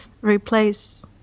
replace